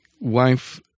wife